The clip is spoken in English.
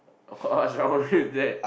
what's wrong with that